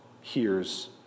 hears